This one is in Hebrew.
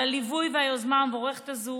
על הליווי והיוזמה המבורכת הזאת